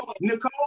Nicole